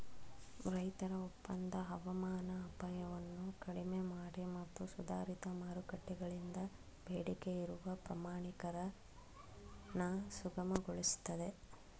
ರೈತರ ಒಪ್ಪಂದ ಹವಾಮಾನ ಅಪಾಯವನ್ನು ಕಡಿಮೆಮಾಡಿ ಮತ್ತು ಸುಧಾರಿತ ಮಾರುಕಟ್ಟೆಗಳಿಂದ ಬೇಡಿಕೆಯಿರುವ ಪ್ರಮಾಣೀಕರಣ ಸುಗಮಗೊಳಿಸ್ತದೆ